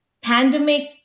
pandemic